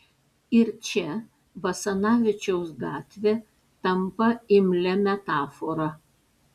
ir čia basanavičiaus gatvė tampa imlia metafora